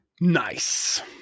Nice